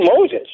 Moses